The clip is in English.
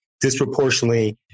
disproportionately